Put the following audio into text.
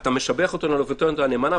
אתה משבח אותנו על עבודתנו הנאמנה.